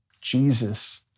Jesus